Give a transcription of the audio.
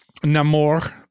Namor